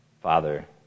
Father